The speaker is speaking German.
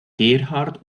gerhard